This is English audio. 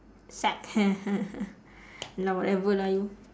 sag ya whatever lah you